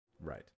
Right